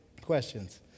questions